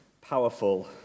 powerful